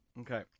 Okay